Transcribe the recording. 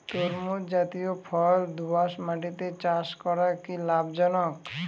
তরমুজ জাতিয় ফল দোঁয়াশ মাটিতে চাষ করা কি লাভজনক?